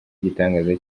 igitangaza